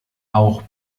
auch